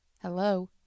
hello